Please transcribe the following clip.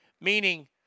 meaning